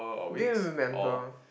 did you even remember